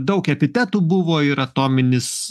daug epitetų buvo ir atominis